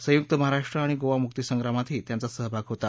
संयुक्त महाराष्ट्र आणि गोवा मुक्ती संग्रामातही त्यांचा सहभाग होता